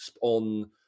on